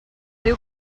diu